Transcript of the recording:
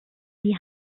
die